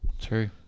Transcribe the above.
true